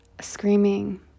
screaming